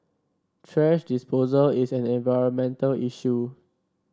thrash disposal is an environmental issue